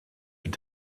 have